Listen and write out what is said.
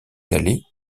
calais